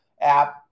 app